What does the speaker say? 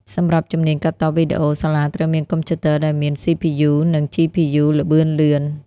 សម្រាប់ជំនាញកាត់តវីដេអូ សាលាត្រូវមានកុំព្យូទ័រដែលមាន CPU និង GPU ល្បឿនលឿន។